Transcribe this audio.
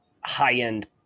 high-end